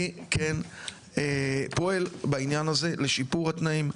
אני כן פועל בעניין הזה שלשיפור התנאים,